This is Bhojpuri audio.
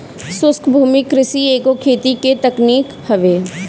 शुष्क भूमि कृषि एगो खेती के तकनीक हवे